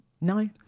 No